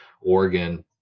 Oregon